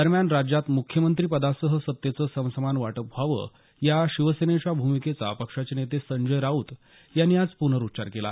दरम्यान राज्यात मुख्यमंत्री पदासह सत्तेचं समसमान वाटप व्हावं या शिवसेनेच्या भूमिकेचा पक्षाचे नेते संजय राऊत यांनी आज पूनरुच्चार केला